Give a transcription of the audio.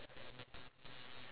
ya